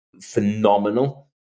phenomenal